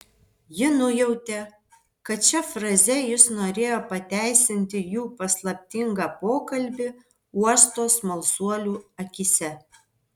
ji nujautė kad šia fraze jis norėjo pateisinti jų paslaptingą pokalbį uosto smalsuolių akyse